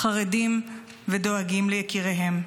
חרדים ודואגים ליקיריהם.